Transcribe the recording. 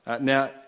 Now